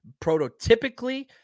Prototypically